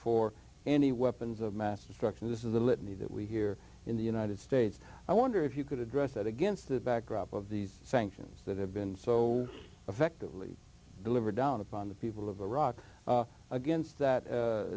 for any weapons of mass destruction this is the litany that we here in the united states i wonder if you could address that against the backdrop of these sanctions that have been so effectively deliver down upon the people of iraq against that